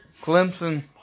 Clemson